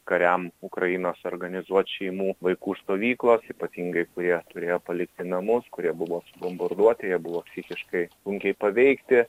kariam ukrainos organizuot šeimų vaikų stovyklos ypatingai kurie turėjo palikti namus kurie buvo subomborduoti jie buvo psichiškai sunkiai paveikti